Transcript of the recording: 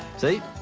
see,